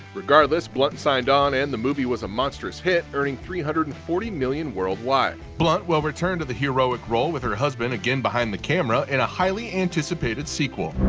regardless, blunt signed on and the movie was a monstrous hit, earning three hundred and forty million worldwide. blunt will return to the heroic role with her husband again behind the camera in a highly anticipated sequel.